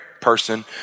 person